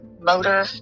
motor